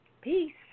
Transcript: Peace